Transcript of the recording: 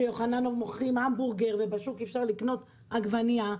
שיוחננוף מוכרים המבורגר ובשוק אי-אפשר לקנות עגבנייה,